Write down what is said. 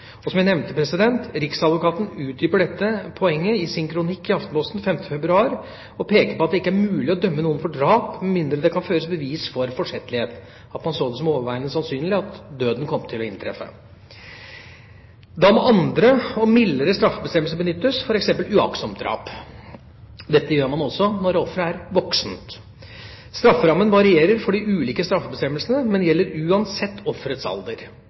Som jeg nevnte: Riksadvokaten utdyper dette poenget i sin kronikk i Aftenposten den 5. februar og peker på at det ikke er mulig å dømme noen for drap med mindre det kan føres bevis for forsettlighet – at man så det som overveiende sannsynlig at døden kom til å inntreffe. Da må andre og mildere straffebestemmelser benyttes, f.eks. for uaktsomt drap. Dette gjør man også når offeret er en voksen. Strafferammen varierer for de ulike straffebestemmelsene, men gjelder uansett offerets alder.